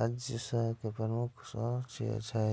राजस्व के प्रमुख स्रोत छियै